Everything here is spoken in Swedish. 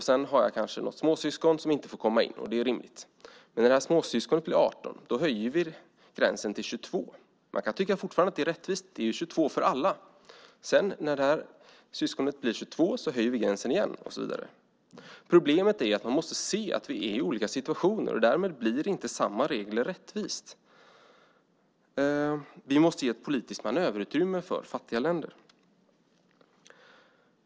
Så har jag kanske något yngre syskon som inte får komma in, och det är också rimligt. Men så när syskonet blir 18 höjs gränsen till 22. Man kan tycka att det är rättvist - det är ju 22 för alla. När syskonet blir 22 höjs gränsen igen och så vidare. Problemet är att man måste se att vi är i olika situationer. Därmed blir det inte rättvist att ha samma regler. Vi måste ge ett politiskt manöverutrymme för fattiga länder.